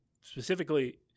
specifically